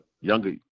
younger